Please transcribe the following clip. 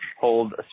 hold